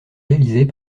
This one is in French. réalisés